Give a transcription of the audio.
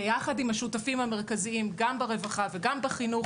ביחד עם השותפים המרכזיים גם ברווחה וגם בחינוך